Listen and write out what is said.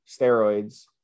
steroids